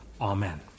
Amen